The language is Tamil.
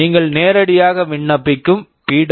நீங்கள் நேரடியாக விண்ணப்பிக்கும் பி